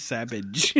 Savage